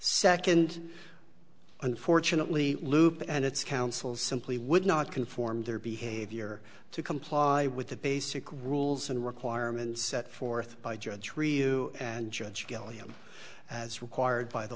second unfortunately loop and its counsel simply would not conform their behavior to comply with the basic rules and requirements set forth by judge review and judge gallium as required by the